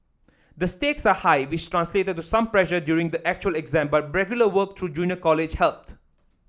the stakes are high which translated to some pressure during the actual exam but regular work through junior college helped